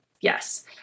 Yes